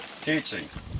teachings